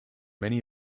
many